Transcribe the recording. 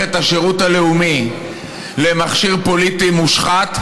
את השירות הלאומי למכשיר פוליטי מושחת,